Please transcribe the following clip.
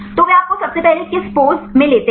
तो वे आपको सबसे पहले किस पोज़ में लेते हैं